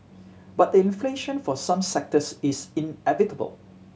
but the inflation for some sectors is inevitable